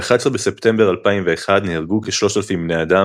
ב-11 בספטמבר 2001 נהרגו כ־3,000 בני אדם